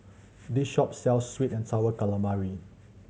this shop sells sweet and Sour Calamari